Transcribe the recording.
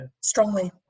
Strongly